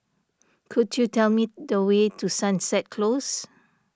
could you tell me the way to Sunset Close